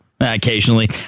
occasionally